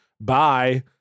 Bye